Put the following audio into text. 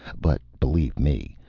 but, believe me,